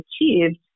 achieved